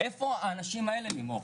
איפה האנשים האלה לימור?